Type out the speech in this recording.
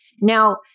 Now